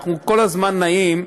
אנחנו כל הזמן נעים,